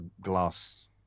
glass